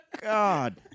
god